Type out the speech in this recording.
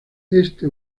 este